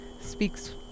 speaks